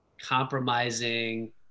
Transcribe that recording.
compromising